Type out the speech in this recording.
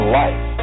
life